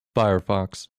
firefox